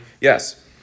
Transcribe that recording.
Yes